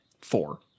four